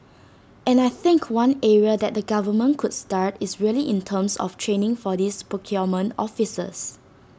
and I think one area that the government could start is really in terms of training for these procurement officers